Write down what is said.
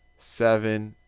seven,